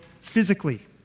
Physically